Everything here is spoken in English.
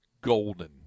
golden